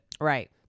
Right